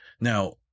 Now